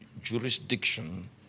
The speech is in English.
jurisdiction